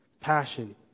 passion